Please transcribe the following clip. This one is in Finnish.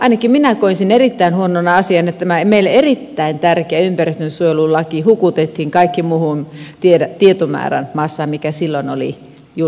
ainakin minä koin sen erittäin huonona asiana että tämä meille erittäin tärkeä ympäristönsuojelulaki hukutettiin kaikkeen muuhun tietomassaan mikä silloin oli julkisuudessa